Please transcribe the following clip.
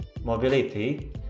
mobility